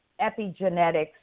epigenetics